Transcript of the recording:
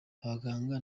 abaganga